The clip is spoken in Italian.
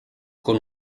con